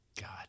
God